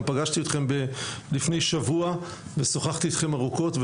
גם פגשתי אתכם לפני שבוע ושוחחתי אתכם ארוכות.